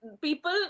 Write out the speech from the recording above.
people